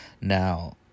Now